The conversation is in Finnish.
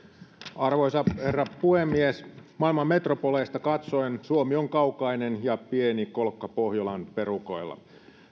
arvoisa herra puhemies maailman metropoleista katsoen suomi on kaukainen ja pieni kolkka pohjolan perukoilla